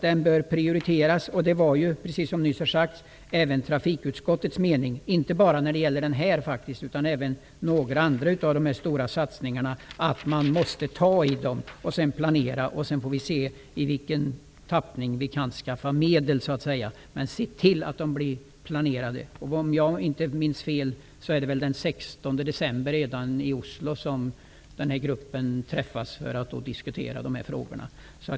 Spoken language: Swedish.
Den bör prioriteras. Det var, precis som nyss har sagts, även trafikutskottets mening, inte bara när det gäller den här banan, utan även i fråga om några andra av de stora satsningarna. Man måste ta i dem, planera. Sedan får vi se i vilken tappning vi kan skaffa medel. Men se till att de blir planerade! Om jag inte minns fel är det redan den 16 december som den här gruppen träffas i Oslo för att diskutera de här frågorna.